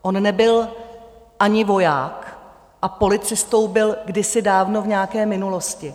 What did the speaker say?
On nebyl ani voják a policistou byl kdysi dávno v nějaké minulosti.